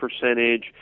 percentage